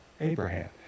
Abraham